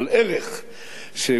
שהוא שווה סלע,